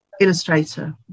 illustrator